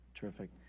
Terrific